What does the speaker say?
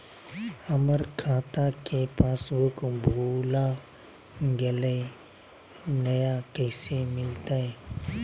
हमर खाता के पासबुक भुला गेलई, नया कैसे मिलतई?